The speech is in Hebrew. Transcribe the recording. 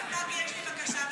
גם יש לי בקשה.